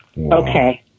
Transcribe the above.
Okay